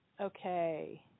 Okay